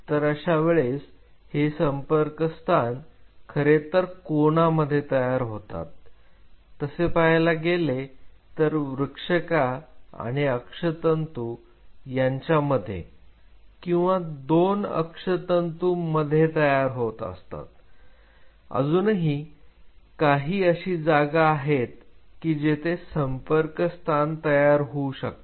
तर अशा वेळेस हे संपर्क स्थान खरेतर कोणामध्ये तयार होतात तसे पाहायला गेले तर वृक्षका आणि अक्षतंतू यांच्यामध्ये किंवा दोन अक्षतंतू मध्ये तयार होत असतात अजूनही काही अशी जागा आहेत की जेथे संपर्क स्थान तयार होऊ शकतात